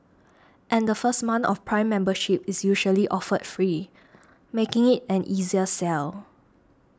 and the first month of Prime membership is usually offered free making it an easier sell